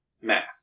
math